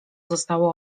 zostało